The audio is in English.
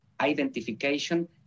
identification